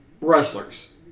wrestlers